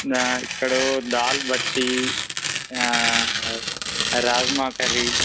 ఇక్కడ దాల్ బట్టి రాజమా కర్రీ